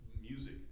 music